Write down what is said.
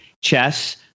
chess